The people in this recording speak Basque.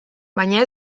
baina